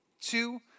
two